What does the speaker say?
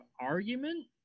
argument